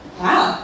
wow